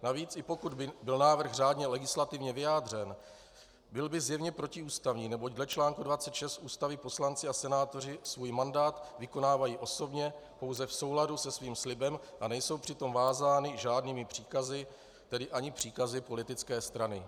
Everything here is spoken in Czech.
Navíc i pokud by byl návrh řádně legislativně vyjádřen, byl by zjevně protiústavní, neboť v čl. 26 Ústavy poslanci a senátoři svůj mandát vykonávají osobně, pouze v souladu se svým slibem a nejsou přitom vázáni žádnými příkazy, tedy ani příkazy politické strany.